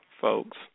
folks